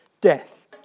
death